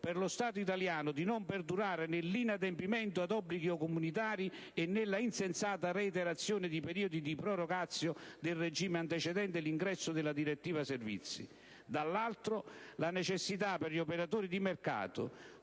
per lo Stato italiano di non perdurare nell'inadempimento ad obblighi comunitari e nella insensata reiterazione di periodi di *prorogatio* del regime antecedente l'ingresso della direttiva servizi; dall'altro, la necessità, per gli operatori di mercato,